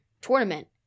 tournament